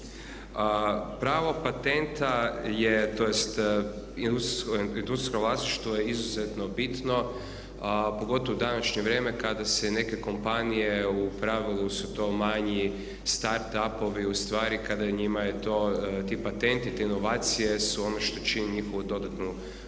Pravo patenta tj. industrijsko vlasništvo je izuzetno bitno pogotovo u današnje vrijeme kada se neke kompanije, u pravilu su to manji start up-ovi ustvari, njima je to ti patenti, te inovacije su ono što čini njihovu dodanu